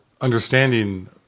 Understanding